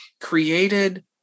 created